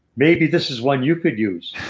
maybe this is one you could use.